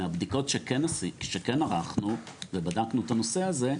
מהבדיקות שכן ערכנו, ובדקנו את הנושא הזה,